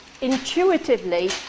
intuitively